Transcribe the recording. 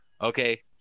okay